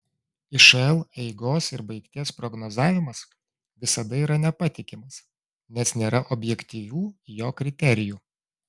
išl eigos ir baigties prognozavimas visada yra nepatikimas nes nėra objektyvių jo kriterijų